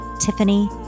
Tiffany